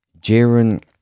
Jiren